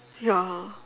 ya